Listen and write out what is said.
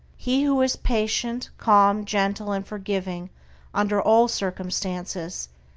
he who is patient, calm, gentle, and forgiving under all circumstances,